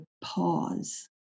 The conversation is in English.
pause